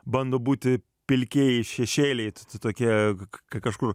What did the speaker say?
bando būti pilkieji šešėliai čia tokie kažkur